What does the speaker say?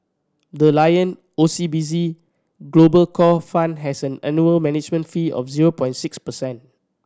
the Lion O C B C Global Core Fund has an annual management fee of zero point six percent